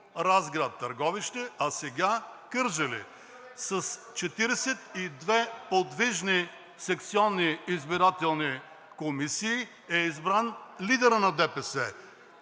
Разград, Търговище, а сега Кърджали. С 42 подвижни секционни избирателни комисии е избран лидерът на ДПС.